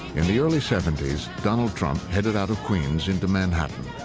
in the early seventy s, donald trump headed out of queens into manhattan.